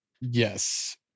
Yes